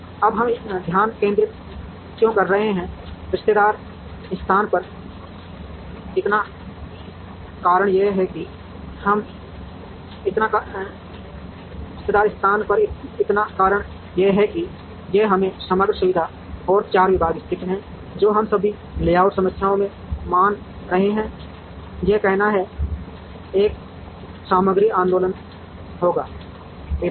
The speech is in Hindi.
अब हम ध्यान केंद्रित क्यों कर रहे हैं रिश्तेदार स्थान पर इतना कारण यह है कि यह हमें समग्र सुविधा और 4 विभाग स्थित हैं जो हम सभी लेआउट समस्याओं में मान रहे हैं यह कहना है एक सामग्री आंदोलन होगा विभागों